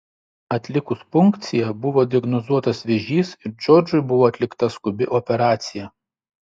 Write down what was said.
atlikus punkciją buvo diagnozuotas vėžys ir džordžui buvo atlikta skubi operacija